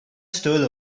stole